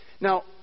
Now